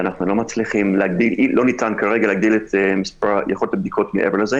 ולא ניתן כרגע להגדיל את יכולת הבדיקות מעבר לזה.